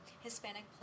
Hispanic